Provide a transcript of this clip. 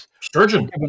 Sturgeon